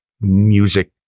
music